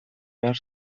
behar